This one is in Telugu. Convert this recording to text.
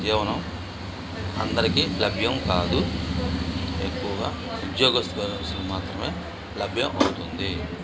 జీవనం అందరికీ లభ్యం కాదు ఎక్కువగా ఉద్యోగస్థులకు మాత్రమే లభ్యం అవుతుంది